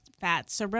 fats